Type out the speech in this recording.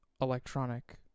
electronic